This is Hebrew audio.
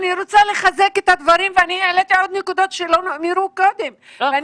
אני רוצה לחזק את הדברים והעליתי נקודות שלא נאמרו קודם ואני